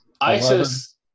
ISIS